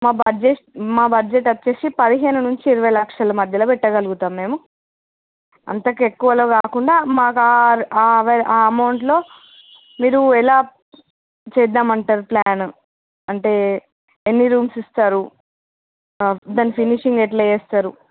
మా బడ్జెట్ మా బడ్జెట్ వచ్చేసి పదిహేను నుంచి ఇరవై లక్షల మధ్యలో పెట్టగలుగుతాం మేము అంతకు ఎక్కువలో కాకుండా మా ఆ అమౌంటులో మీరు ఎలా చేద్దామంటారు ప్లాను అంటే ఎన్ని రూమ్సు ఇస్తారు దాని ఫినిషింగ్ ఎట్లా చేస్తారు